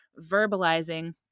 verbalizing